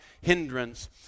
hindrance